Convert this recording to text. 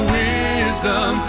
wisdom